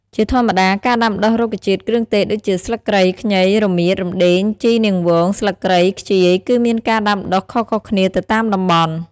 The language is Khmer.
ជាធម្មតាការដាំដុះរុក្ខជាតិគ្រឿងទេសដូចជា ស្លឹកគ្រៃ ខ្ញី រមៀត រំដេង ជីរនាងវង ស្លឹកគ្រៃ ខ្ជាយ គឺមានការដាំដុះខុសៗគ្នាទៅតាមតំបន់។